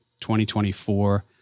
2024